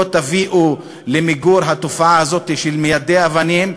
תביאו למיגור התופעה הזאת של מיידי האבנים.